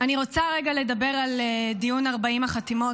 אני רוצה רגע לדבר על דיון 40 החתימות